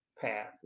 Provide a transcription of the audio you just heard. path